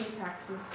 taxes